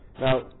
Now